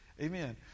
Amen